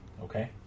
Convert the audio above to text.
Okay